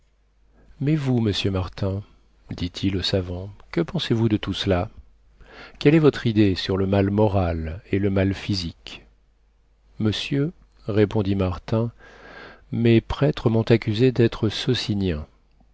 mais vous monsieur martin dit-il au savant que pensez-vous de tout cela quelle est votre idée sur le mal moral et le mal physique monsieur répondit martin mes prêtres m'ont accusé d'être